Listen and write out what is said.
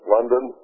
London